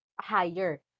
higher